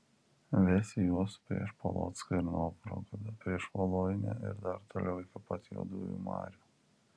vesi juos prieš polocką ir novgorodą prieš voluinę ir dar toliau iki pat juodųjų marių